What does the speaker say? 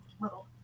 little